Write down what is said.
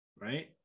right